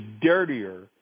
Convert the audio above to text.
dirtier